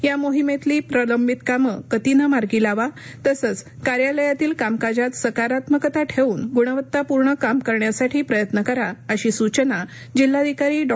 या मोहिमेतली प्रलंबित कामे गतीने मार्गी लावा तसंच कार्यालयातील कामकाजात सकारात्मकता ठेवून गुणवत्तापूर्ण काम करण्यासाठी प्रयत्न करा अशी सुचना जिल्हाधिकारी डॉ